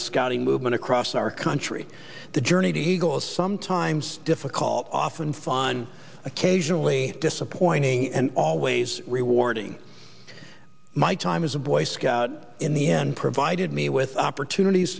the scouting movement across our country the journey to he goes sometimes difficult often fun occasionally disappointing and always rewarding my time as a boy scout in the end provided me with opportunities